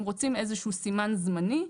הם רוצים איזה שהוא סימן זמני.